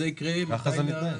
מתי זה יקרה?